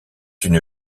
une